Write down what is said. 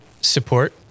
support